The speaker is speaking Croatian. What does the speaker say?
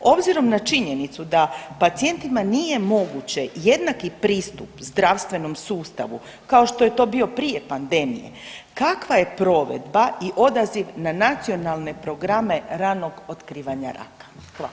Obzirom na činjenicu da pacijentima nije moguće jednaki pristup zdravstvenom sustavu kao što je to bio prije pandemije, kakva je provedba i odaziv na Nacionalne programe ranog otkrivanja raka?